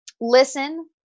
listen